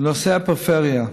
בנושא הפריפריה,